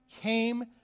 came